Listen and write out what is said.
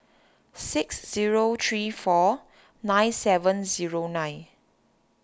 six zero three four nine seven zero nine